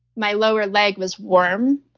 my lower leg was warm,